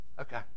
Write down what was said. Okay